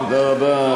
תודה רבה,